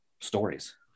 stories